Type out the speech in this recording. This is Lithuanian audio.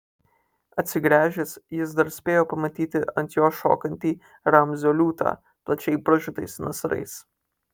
atsigręžęs jis dar spėjo pamatyti ant jo šokantį ramzio liūtą plačiai pražiotais nasrais